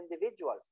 individual